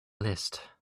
list